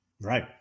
Right